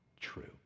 true